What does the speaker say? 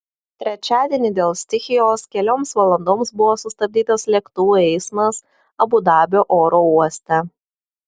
trečiadienį dėl stichijos kelioms valandoms buvo sustabdytas lėktuvų eismas abu dabio oro uoste